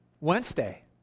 Wednesday